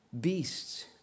beasts